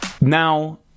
now